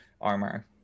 armor